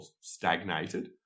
stagnated